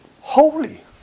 holy